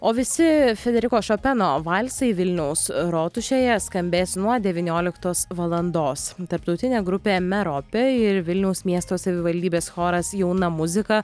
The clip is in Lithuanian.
o visi federiko šopeno valsai vilniaus rotušėje skambės nuo devynioliktos valandos tarptautinė grupė meropė ir vilniaus miesto savivaldybės choras jauna muzika